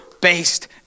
based